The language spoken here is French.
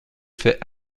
fait